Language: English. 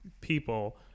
people